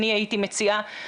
אני הייתי מציעה,